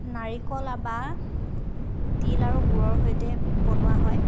নাৰিকল বা তিল আৰু গুৰৰ সৈতে বনোৱা হয়